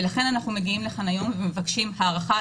ולכן אנחנו מגיעים לכאן היום ומבקשים הארכה,